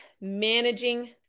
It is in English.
Managing